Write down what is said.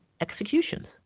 executions